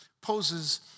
poses